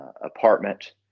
apartment